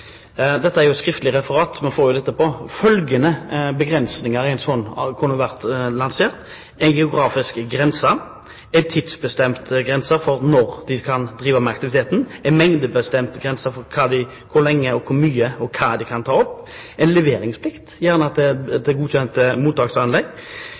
skriftlig referat, vi får det jo etterpå: Følgende begrensninger kunne vært lansert: en geografisk grense, en tidsbestemt grense for når de kan drive med aktiviteten, en mengdebestemt grense for hvor lenge, hvor mye, og hva de kan ta opp, en leveringsplikt, gjerne til